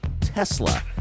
Tesla